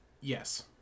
Yes